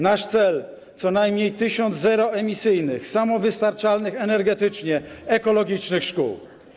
Nasz cel: co najmniej 1000 zeroemisyjnych, samowystarczalnych energetycznie, ekologicznych szkół.